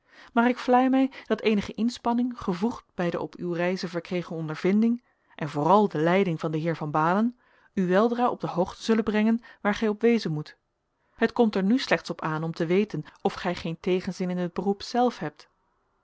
maar ik vlei mij dat eenige inspanning gevoegd bij de op uw reizen verkregen ondervinding en vooral de leiding van den heer van baalen u weldra op de hoogte zullen brengen waar gij op wezen moet het komt er nu slechts op aan om te weten of gij geen tegenzin in het beroep zelf hebt